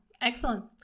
excellent